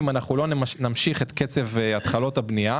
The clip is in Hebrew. כי אם לא נמשיך את קצב התחלות הבנייה